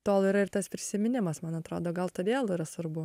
tol yra ir tas prisiminimas man atrodo gal todėl yra svarbu